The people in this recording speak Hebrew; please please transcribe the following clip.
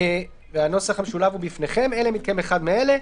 אלא אם כן אחד מאלה: